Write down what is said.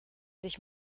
sich